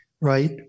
right